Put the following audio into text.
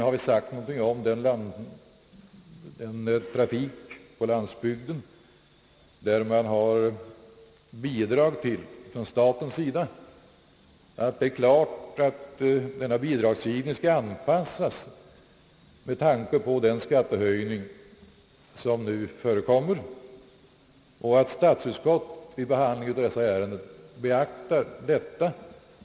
Vi har också tagit upp frågan om den trafik på landsbygden som får bidrag från statens sida. Det är klart att denna bidragsgivning skall anpassas med tanke på den skattehöjning som nu föreslås. Vi förutsätter att statsutskottet vid behandlingen av dessa ärenden beaktar den frågan.